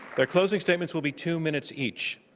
their closing statements will be two minutes each.